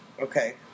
Okay